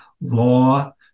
law